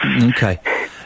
Okay